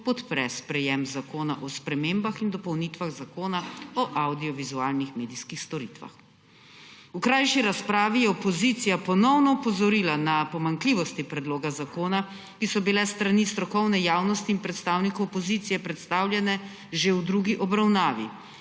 podpre sprejetje Zakona o spremembah in dopolnitvah Zakona o avdiovizualnih medijskih storitvah. V krajši razpravi je opozicija ponovno opozorila na pomanjkljivosti predloga zakona, ki so bile s strani strokovne javnosti in predstavnikov opozicije predstavljene že v drugi obravnavi.